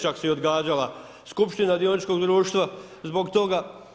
Čak se i odgađala skupština dioničkog društva zbog toga.